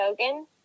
Bogan